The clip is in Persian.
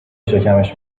شکمش